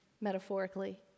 metaphorically